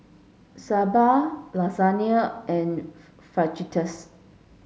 Sambar Lasagne and Fajitas